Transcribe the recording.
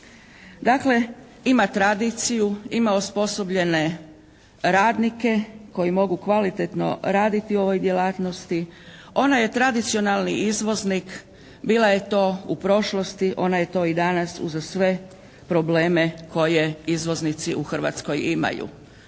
Dakle, ima tradiciju, ima osposobljene radnike koji mogu kvalitetno raditi u ovoj djelatnosti. Ona je tradicionalni izvoznik. Bila je to u prošlosti, ona je to i danas uza sve probleme koje izvoznici u Hrvatskoj imaju.